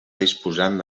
disposant